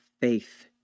faith